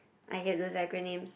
I hate those acronyms